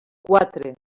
quatre